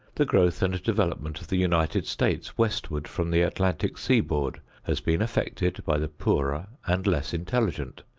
the growth and development of the united states westward from the atlantic seaboard has been effected by the poorer and less intelligent,